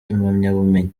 impamyabumenyi